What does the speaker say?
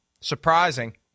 Surprising